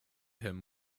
him